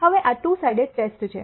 હવે આ two sided test છે